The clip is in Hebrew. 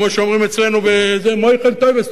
כמו שאומרים אצלנו: "מויחל טויבס",